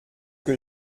que